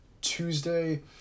Tuesday